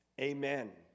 amen